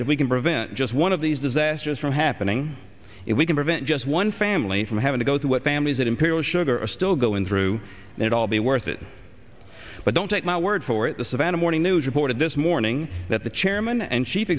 that if we can prevent just one of these disasters from happening if we can prevent just one family from having to go through what families at imperial sugar are still going through it all be worth it but don't take my word for it the savannah morning news reported this morning that the chairman and chief